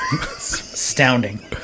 Astounding